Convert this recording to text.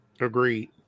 agreed